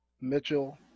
Mitchell